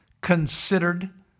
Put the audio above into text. considered